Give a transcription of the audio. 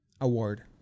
Award